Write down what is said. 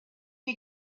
you